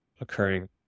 occurring